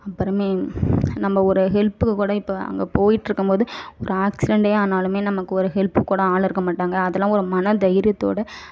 அப்புறமே நம்ப ஒரு ஹெல்புக்கு கூட இப்போ அங்கே போயிட்டுருக்கும்போது ஒரு ஆக்ஸிடன்டே ஆனாலும் நமக்கு ஒரு ஹெல்ப்புக்கு கூட ஆள் இருக்க மாட்டாங்க அதெலாம் ஒரு மன தைரியத்தோடு